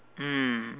mm